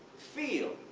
feel,